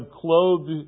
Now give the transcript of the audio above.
clothed